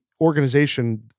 organization